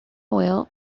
will